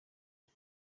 iki